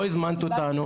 לא הזמנת אותנו.